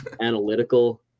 analytical